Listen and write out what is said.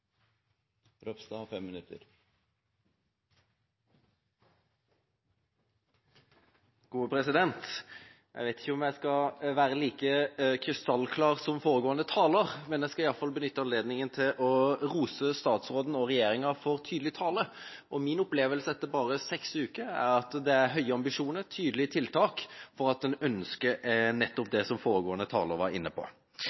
Jeg vet ikke om jeg skal være like krystallklar som foregående taler, men jeg skal i alle fall benytte anledninga til å rose statsråden og regjeringa for tydelig tale. Min opplevelse etter bare seks uker er at det er høye ambisjoner og tydelige tiltak når det gjelder nettopp